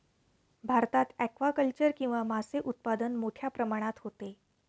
भारतात ॲक्वाकल्चर किंवा मासे उत्पादन मोठ्या प्रमाणात होते